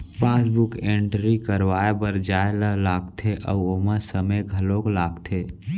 passbook entry करवाए बर जाए ल लागथे अउ ओमा समे घलौक लागथे